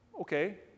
Okay